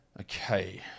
Okay